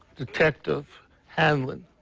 detective handling